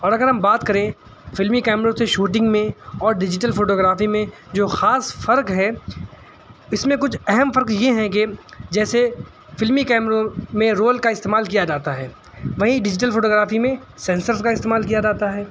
اور اگر ہم بات کریں فلمی کیمروں سے شوٹنگ میں اور ڈیجیٹل فوٹوگرافی میں جو خاص فرق ہے اس میں کچھ اہم فرق یہ ہیں کہ جیسے فلمی کیمروں میں رول کا استعمال کیا جاتا ہے وہیں ڈیجیٹل فوٹوگرافی میں سینسرس کا استعمال کیا جاتا ہے